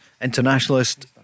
internationalist